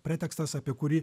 pretekstas apie kurį